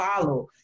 follow